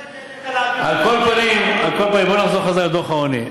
על כל פנים, בואו נחזור לדוח העוני.